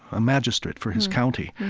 a magistrate for his county,